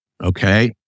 Okay